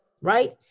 right